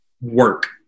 work